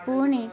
ପୁଣି